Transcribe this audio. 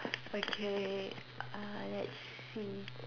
okay let's see